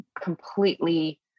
completely